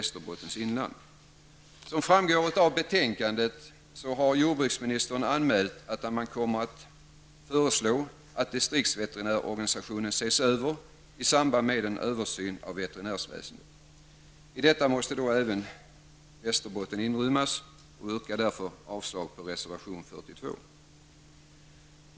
Som framgår av betänkandet har jordbruksministern anmält att man kommer att föreslå att distriktsveterinärorganisationen ses över i samband med en översyn av veterinärsväsendet. I detta måste även Västerbotten inrymmas, och jag yrkar därför avslag på reservation 42.